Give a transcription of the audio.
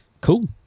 Cool